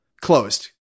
Closed